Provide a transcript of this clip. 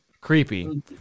Creepy